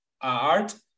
art